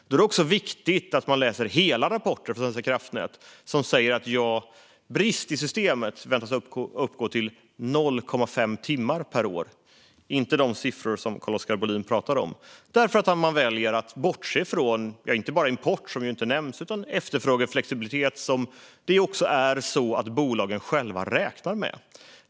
Då är det också viktigt att man läser hela de rapporter från Svenska kraftnät som säger att bristen i systemet väntas uppgå till 0,5 timmar per år - inte de siffror som Carl-Oskar Bohlin pratar om därför att han väljer att bortse från inte bara import, som ju inte nämns, utan också den efterfrågeflexibilitet som bolagen själva räknar med.